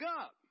up